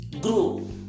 grow